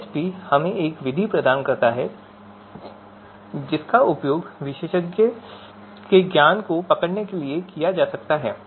AHP हमें एक विधि प्रदान करता है जिसका उपयोग विशेषज्ञ के ज्ञान को पकड़ने के लिए किया जा सकता है